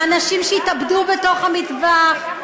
מאנשים שהתאבדו בתוך המטווח,